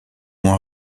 moins